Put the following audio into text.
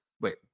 wait